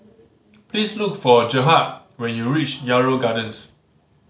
please look for Gerhard when you reach Yarrow Gardens